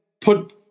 put